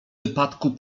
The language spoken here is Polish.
wypadku